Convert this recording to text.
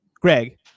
Greg